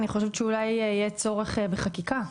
אני חושבת שאולי יהיה צורך בחקיקה.